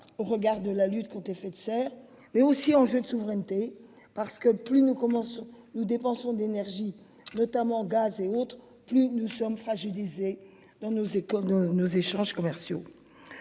au regard de la lutte contre, effet de serre mais aussi jeu de souveraineté parce que plus nous commençons, nous dépensons d'énergie, notamment en gaz et autres, plus nous sommes fragilisés dans nos écoles nous échanges commerciaux.